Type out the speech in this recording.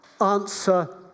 answer